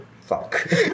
Fuck